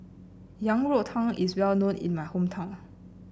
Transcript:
Yang Rou Tang is well known in my hometown